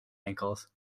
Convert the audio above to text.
ankles